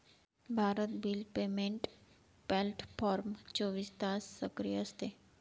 Bharat bill payment platform चोवीस तास सक्रिय असते